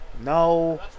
No